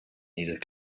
needed